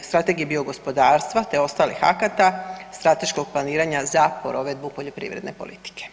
strategije biogospodarstva te ostalih akata, strateškog planiranja za provedbu poljoprivredne politike.